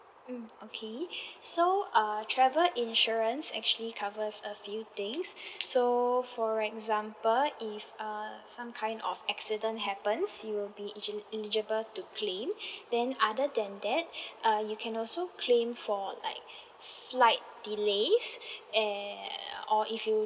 mm okay so err travel insurance actually covers a few things so for example if uh some kind of accident happens you will be eligi~ eligible to claim then other than that uh you can also claim for like flight delays and err or if you